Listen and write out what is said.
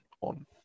on